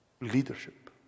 leadership